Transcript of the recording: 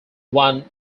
one